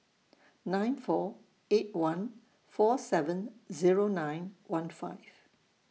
nine four eight one four seven Zero nine one five